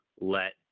let